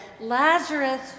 Lazarus